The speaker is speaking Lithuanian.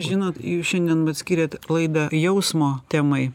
žinot jūs šiandien atskyrėt laidą jausmo temai